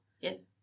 Yes